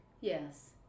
Yes